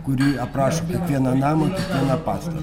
kuri aprašo kiekvieną namą kiekvieną pastatą